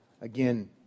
again